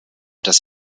das